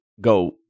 go